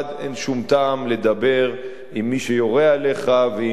אין שום טעם לדבר עם מי שיורה עליך ועם מי